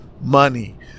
money